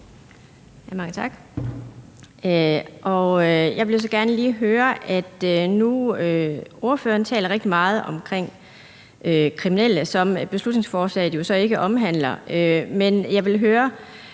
Mange tak. Jeg vil så gerne lige høre, nu når ordføreren taler rigtig meget om kriminelle – som beslutningsforslaget jo så ikke omhandler – om Nye